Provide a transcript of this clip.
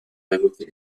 révoquer